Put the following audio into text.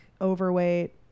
overweight